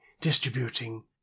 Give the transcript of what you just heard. distributing